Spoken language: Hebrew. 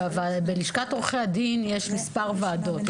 בלשכת עורכי הדין יש מספר ועדות,